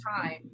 time